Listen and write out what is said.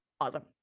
Awesome